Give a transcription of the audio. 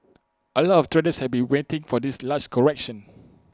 A lot of traders have been waiting for this large correction